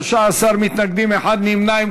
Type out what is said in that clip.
13 מתנגדים, אחד נמנע.